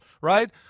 right